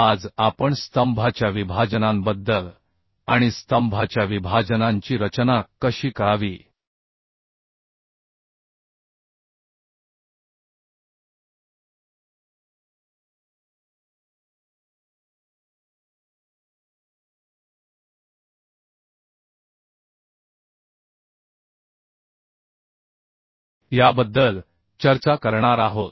आज आपण स्तंभाच्या विभाजनांबद्दल आणि स्तंभाच्या विभाजनांची रचना कशी करावी याबद्दल चर्चा करणार आहोत